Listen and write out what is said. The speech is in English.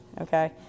okay